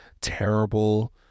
Terrible